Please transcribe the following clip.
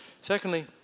Secondly